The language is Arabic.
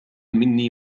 مني